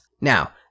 now